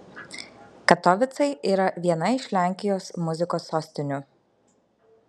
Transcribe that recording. katovicai yra viena iš lenkijos muzikos sostinių